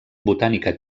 botànica